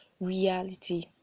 reality